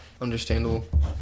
Understandable